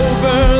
Over